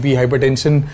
hypertension